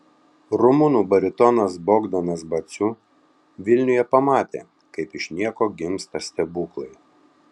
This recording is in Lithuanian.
rumunų baritonas bogdanas baciu vilniuje pamatė kaip iš nieko gimsta stebuklai